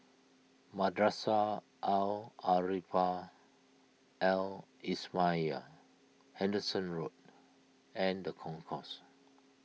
Madrasah Al Arabiah Al Islamiah Henderson Road and the Concourse